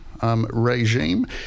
Regime